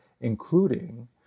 including